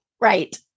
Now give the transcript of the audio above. Right